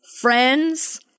friends